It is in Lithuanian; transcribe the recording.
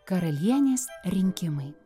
karalienės rinkimai